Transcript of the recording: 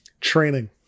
Training